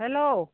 hello